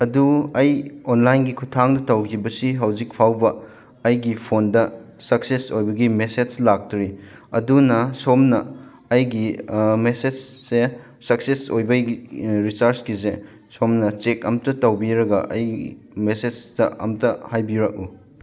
ꯑꯗꯨ ꯑꯩ ꯑꯣꯟꯂꯥꯏꯟꯒꯤ ꯈꯨꯠꯊꯥꯡꯗ ꯇꯧꯈꯤꯕꯁꯤ ꯍꯧꯖꯤꯛ ꯐꯥꯎꯕ ꯑꯩꯒꯤ ꯐꯣꯟꯗ ꯁꯛꯁꯦꯁ ꯑꯣꯏꯕꯒꯤ ꯃꯦꯁꯦꯖ ꯂꯥꯛꯇ꯭ꯔꯤ ꯑꯗꯨꯅ ꯁꯣꯝꯅ ꯑꯩꯒꯤ ꯃꯦꯁꯦꯖꯁꯦ ꯁꯛꯁꯦꯁ ꯑꯣꯏꯕꯒꯤ ꯔꯤꯆꯥꯔꯖꯀꯤꯁꯦ ꯁꯣꯝꯅ ꯆꯦꯛ ꯑꯝꯇ ꯇꯧꯕꯤꯔꯒ ꯑꯩꯒꯤ ꯃꯦꯁꯦꯖꯇ ꯑꯝꯇ ꯍꯥꯏꯕꯤꯔꯛꯎ